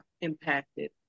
impacted